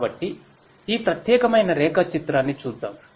కాబట్టి ఈ ప్రత్యేకమైన రేఖాచిత్రాన్ని చూద్దాం